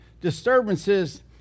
disturbances